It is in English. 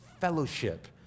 fellowship